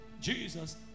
Jesus